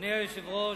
אדוני היושב-ראש,